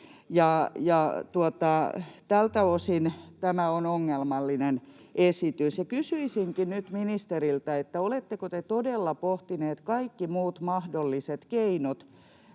Tältä osin tämä on ongelmallinen esitys. Kysyisinkin nyt ministeriltä, oletteko te todella pohtineet kaikki muut mahdolliset keinot